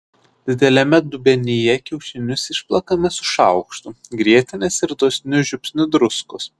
dideliame dubenyje kiaušinius išplakame su šaukštu grietinės ir dosniu žiupsniu druskos